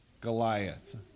Goliath